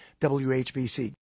WHBC